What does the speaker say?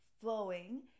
flowing